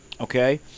Okay